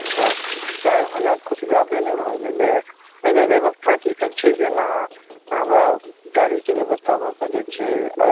अच्छा चारि हजार कुछ जादे नहि भऽ गेलय एहिमे व्यवस्था की सभ छै जेना हमरा गाड़ीके व्यवस्था भऽ सकैत छै आ